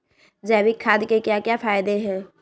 जैविक खाद के क्या क्या फायदे हैं?